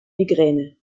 migräne